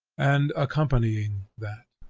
and accompanying that.